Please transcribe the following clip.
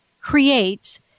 creates